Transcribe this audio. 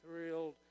thrilled